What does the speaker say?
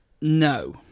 No